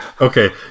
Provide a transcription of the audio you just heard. Okay